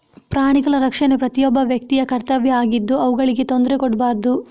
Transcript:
ಪ್ರಾಣಿಗಳ ರಕ್ಷಣೆ ಪ್ರತಿಯೊಬ್ಬ ವ್ಯಕ್ತಿಯ ಕರ್ತವ್ಯ ಆಗಿದ್ದು ಅವುಗಳಿಗೆ ತೊಂದ್ರೆ ಕೊಡ್ಬಾರ್ದು